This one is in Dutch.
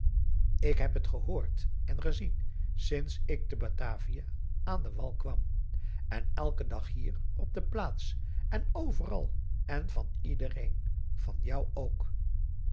ik heb het gehoord en gezien sinds ik te batavia aan den wal kwam en elken dag hier op de plaats en overal en van iedereen van jou ook